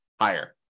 higher